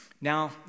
Now